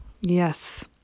Yes